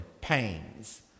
pains